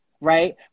right